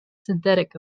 synthetic